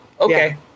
Okay